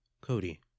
Cody